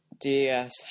DS